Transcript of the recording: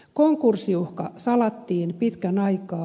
konkurssiuhka salattiin pitkän aikaa